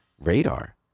radar